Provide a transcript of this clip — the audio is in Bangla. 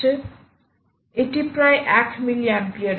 ছাত্র এটি প্রায় 1 মিলি অ্যাম্পিয়ার